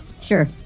sure